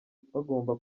bagomba